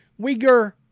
Uyghur